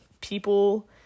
people